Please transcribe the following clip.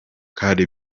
kandi